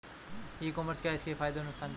ई commerce क्या है इसके फायदे और नुकसान क्या है?